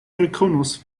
rekonos